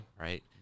right